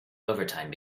overtime